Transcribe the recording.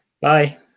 Bye